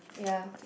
yeah